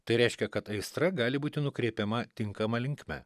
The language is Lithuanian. tai reiškia kad aistra gali būti nukreipiama tinkama linkme